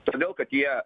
todėl kad jie